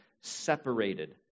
separated